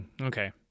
okay